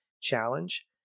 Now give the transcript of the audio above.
challenge